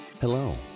Hello